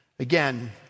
Again